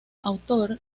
autor